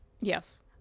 Yes